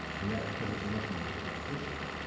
and and because it's a much more difficult issue.